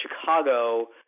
Chicago